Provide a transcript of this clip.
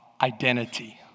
Identity